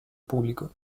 público